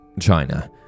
China